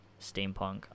Steampunk